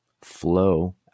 flow